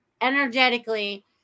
energetically